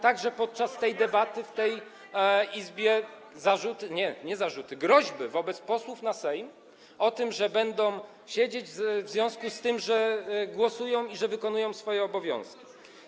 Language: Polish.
Także podczas tej debaty w tej Izbie były zarzuty, nie zarzuty, groźby wobec posłów na Sejm, że będą siedzieć w związku z tym, że głosują i wykonują swoje obowiązki.